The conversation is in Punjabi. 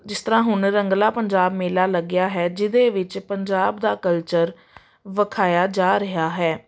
ਜਿਸ ਤਰ੍ਹਾਂ ਹੁਣ ਰੰਗਲਾ ਪੰਜਾਬ ਮੇਲਾ ਲੱਗਿਆ ਹੈ ਜਿਹਦੇ ਵਿੱਚ ਪੰਜਾਬ ਦਾ ਕਲਚਰ ਦਿਖਾਇਆ ਜਾ ਰਿਹਾ ਹੈ